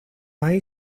hay